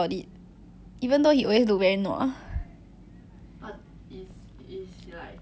okay I think his cap not bad [one] I think it's like I forget already maybe four point three four point four